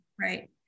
right